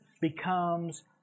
becomes